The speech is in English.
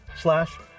slash